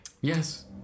Yes